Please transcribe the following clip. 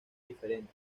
diferente